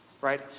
right